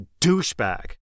douchebag